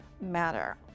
matter